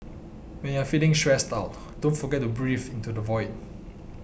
when you are feeling stressed out don't forget to breathe into the void